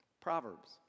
Proverbs